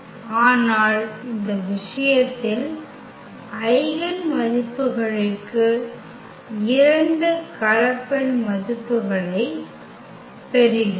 ஆனால் இந்த விஷயத்தில் ஐகென் மதிப்புகளுக்கு 2 கலப்பெண் மதிப்புகளைப் பெறுகிறோம்